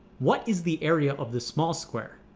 what is the area of the small square?